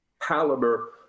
caliber